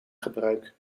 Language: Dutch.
gebruik